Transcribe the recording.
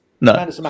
no